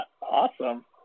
Awesome